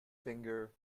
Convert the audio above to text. finger